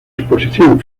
exposición